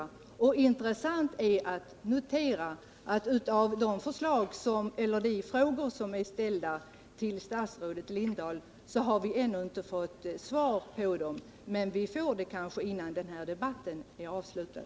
Det är också intressant att notera att på de frågor som är ställda till statsrådet Lindahl har vi ännu inte fått några svar. Men vi får det kanske innan denna debatt är avslutad.